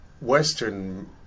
Western